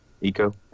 Eco